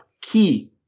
key